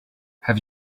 have